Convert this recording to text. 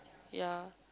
ya